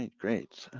and great,